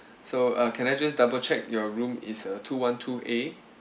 so uh can I just double check your room is uh two one two A